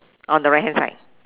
on the right hand side